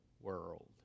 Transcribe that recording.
world